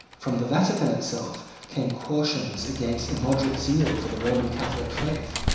from the vatican itself came cautions against immoderate zeal for the roman catholic faith.